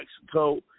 Mexico